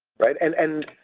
right and, and,